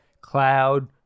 cloud